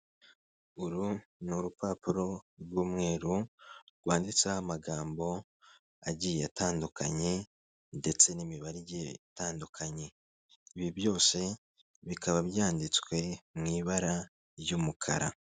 Uru ni urupapuro rw'umweru, rwanditseho amagambo agiye atandukanye ndetse n'imibare igiye itandukanye. Ibi byose bikaba byanditswe mu ibara ry'umukara.